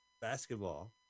basketball